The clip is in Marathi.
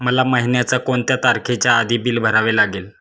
मला महिन्याचा कोणत्या तारखेच्या आधी बिल भरावे लागेल?